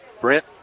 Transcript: Brent